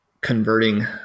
converting